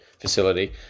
facility